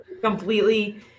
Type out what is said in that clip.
completely